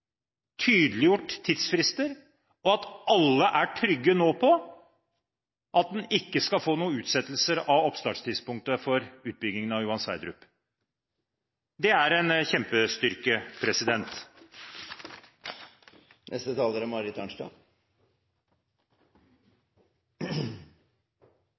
tydeliggjort tidsfrister, og at alle nå er trygge på at en ikke skal få noen utsettelser av oppstarttidspunktet for utbyggingen av Johan Sverdrup. Det er en kjempestyrke. Debatten bærer litt preg av at det er